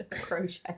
Crochet